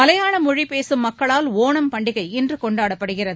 மலையாள மொழி பேசும் மக்களால் ஒணம் பண்டிகை இன்று கொண்டாடப்படுகிறது